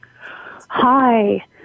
Hi